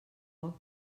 foc